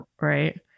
Right